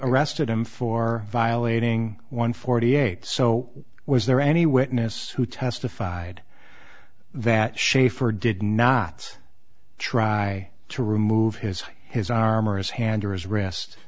arrested him for violating one forty eight so was there any witness who testified that schaefer did not try to remove his his arm or his hand or his wrist